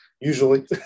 usually